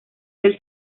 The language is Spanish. del